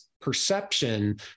perception